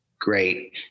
great